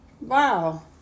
wow